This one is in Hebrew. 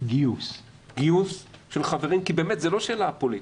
גיוס של חברים כי באמת זו לא שאלה פוליטית.